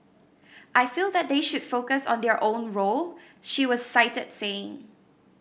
I feel that they should focus on their own role she was cited saying